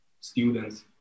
students